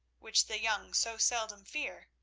which the young so seldom fear,